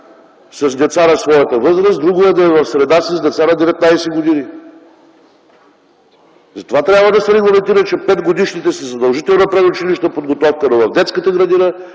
с деца на своята възраст, друго е да е в среда с деца на 19 години. Затова трябва да се регламентира, че 5 годишните са със задължителна предучилищна подготовка, но в детската градина,